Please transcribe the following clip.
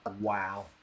Wow